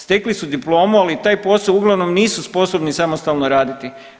Stekli su diplomu, ali taj posao uglavnom nisu sposobni samostalno raditi.